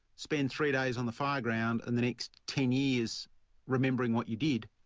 spend three days on the fire ground, and the next ten years remembering what you did?